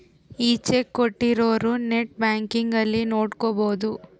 ಈ ಚೆಕ್ ಕೋಟ್ಟಿರೊರು net banking ಅಲ್ಲಿ ನೋಡ್ಕೊಬೊದು